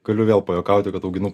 galiu vėl pajuokauti kad auginu